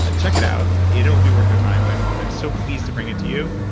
ah check it out. it'll be worth your time. i'm i'm so pleased to bring it to you.